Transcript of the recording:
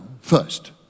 first